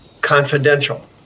confidential